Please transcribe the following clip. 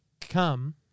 come